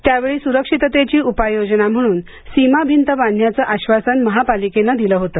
त्यावेळी सुरक्षिततेची उपाययोजना म्हणून सीमाभिंत बांधण्याचे आश्वासन महापालिकेने दिले होते